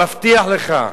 מבטיח לך.